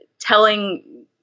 Telling